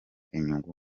inyungu